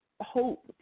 hope